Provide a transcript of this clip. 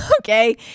okay